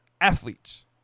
athletes